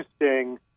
interesting